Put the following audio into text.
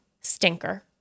stinker